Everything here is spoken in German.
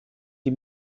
die